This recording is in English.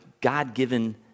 God-given